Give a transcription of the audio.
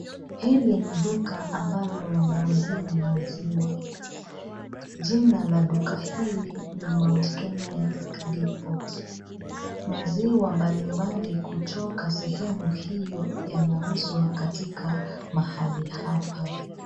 Hili ni duka ambalo wanauzia maziwa. Jina la duka hili ni Mount Kenya Milk Depot . Maziwa mbalimbali kutoka sehemu hiyo yanauzwa katika mahali hapa.